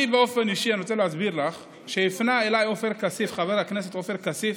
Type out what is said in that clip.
אני רוצה להסביר לך: פנה אליי חבר הכנסת עופר כסיף